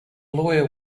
lawyer